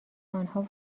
آنها